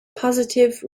positive